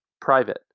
private